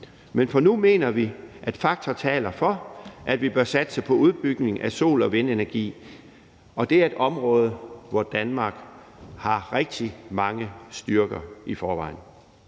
Men for nu mener vi, at fakta taler for, at vi bør satse på udbygning af sol- og vindenergi, og det er et område, hvor Danmark har rigtig mange styrker i forvejen.